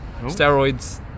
Steroids